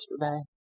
yesterday